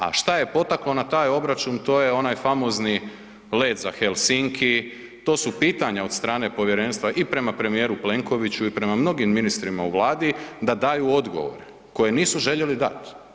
A što je potaklo na taj obračun, to je onaj famozni let za Helsinki, to su pitanja od strane Povjerenstva i prema premijeru Plenkoviću i prema mnogim ministrima u Vladi, da daju odgovor koje nisu željeli dati.